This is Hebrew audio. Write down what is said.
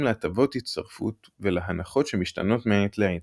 להטבות הצטרפות ולהנחות שמשתנות מעת לעת.